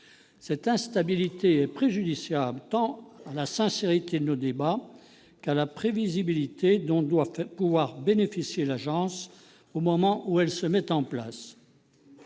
Cette instabilité est préjudiciable tant à la sincérité de nos débats qu'à la prévisibilité dont l'agence doit pouvoir bénéficier au moment où elle se met en place.